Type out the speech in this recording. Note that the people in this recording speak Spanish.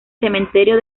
cementerio